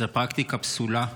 זו פרקטיקה פסולה.